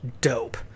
dope